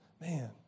Man